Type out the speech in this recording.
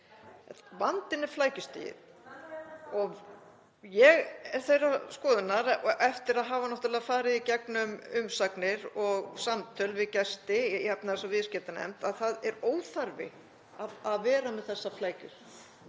Vandinn er flækjustigið og ég er þeirrar skoðunar, eftir að hafa farið í gegnum umsagnir og samtöl við gesti í efnahags- og viðskiptanefnd, að það sé óþarfi að vera með þessar flækjur.